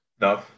No